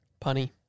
Punny